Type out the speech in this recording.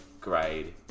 grade